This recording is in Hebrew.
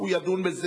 הוא ידון בזה.